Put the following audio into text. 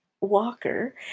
walker